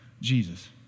Jesus